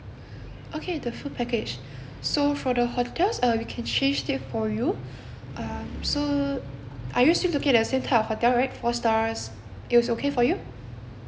okay the full package so for the hotels uh we can change it for you uh so are you still looking at same type of hotel right four stars it was okay for you